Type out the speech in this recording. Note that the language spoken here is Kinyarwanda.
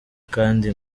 kandi